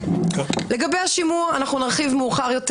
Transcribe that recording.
לגבי השימוע אנחנו נרחיב מאוחר יותר.